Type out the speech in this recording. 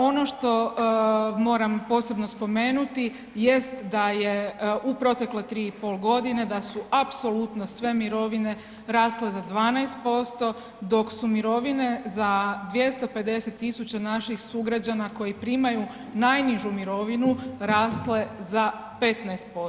Ono što moramo posebno spomenuti jest da je u protekle 3,5 g., da su apsolutno sve mirovine rasle za 12% dok su mirovine za 250 000 naših sugrađana koji primaju najnižu mirovinu, rasle za 15%